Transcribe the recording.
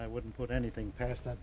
i wouldn't put anything past that